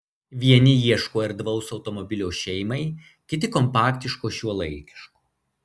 vieni ieško erdvaus automobilio šeimai kiti kompaktiško šiuolaikiško